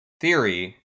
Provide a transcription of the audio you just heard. theory